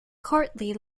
courtly